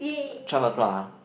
twelve o-clock ah